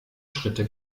schritte